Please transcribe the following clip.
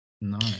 nice